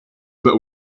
but